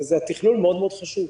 והתכלול מאוד מאוד חשוב.